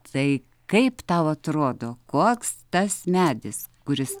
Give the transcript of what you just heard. tai kaip tau atrodo koks tas medis kuris